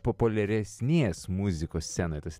populiaresnės muzikos scenoje tas